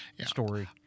story